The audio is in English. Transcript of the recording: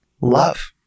love